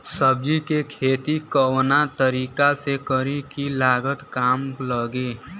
सब्जी के खेती कवना तरीका से करी की लागत काम लगे?